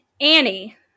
annie